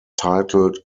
titled